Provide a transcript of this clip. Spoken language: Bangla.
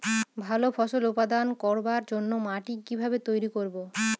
ভালো ফসল উৎপাদন করবার জন্য মাটি কি ভাবে তৈরী করব?